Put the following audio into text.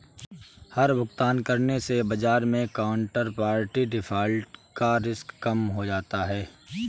हर भुगतान करने से बाजार मै काउन्टरपार्टी डिफ़ॉल्ट का रिस्क कम हो जाता है